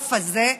מהאגף הזה,